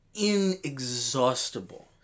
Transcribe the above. inexhaustible